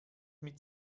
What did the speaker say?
mit